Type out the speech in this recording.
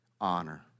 Honor